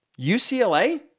UCLA